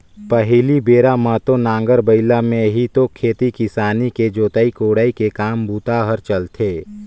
पहिली बेरा म तो नांगर बइला में ही तो खेती किसानी के जोतई कोड़ई के काम बूता हर चलथे